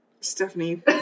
Stephanie